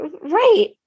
Right